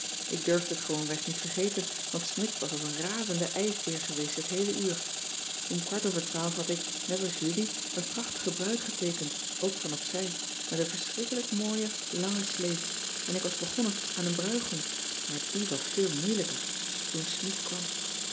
ik durfde het gewoonweg niet vergeten want smidt was als een razende ijsbeer geweest het heele uur om kwart over twaalf had ik net als julie een prachtige bruid geteekend ook van opzij met een verschrikkelijk mooie lange sleep en ik was begonnen aan een bruigom maar de was veel moeilijker toen smidt kwam